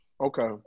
Okay